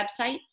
website